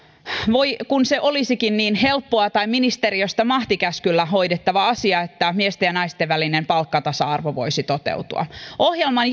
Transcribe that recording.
voi kun se olisikin niin helppoa tai ministeriöstä mahtikäskyllä hoidettava asia että miesten ja naisten välinen palkkatasa arvo voisi toteutua ohjelman